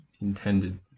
intended